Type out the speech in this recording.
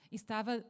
estava